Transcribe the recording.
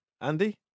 Andy